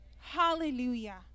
Hallelujah